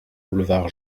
boulevard